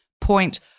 point